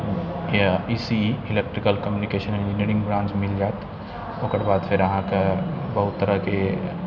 या E C E electrical communication engineering branch मिलि जाएत ओकर बाद फेर अहाँके बहुत तरहके